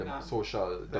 social